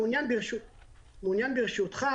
ברשותך,